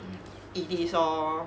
hmm it is lor